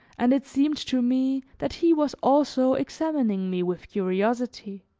and it seemed to me that he was also examining me with curiosity.